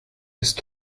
ist